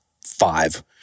five